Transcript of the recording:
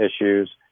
issues